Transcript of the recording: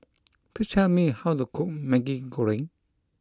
Please tell me how to cook Maggi Goreng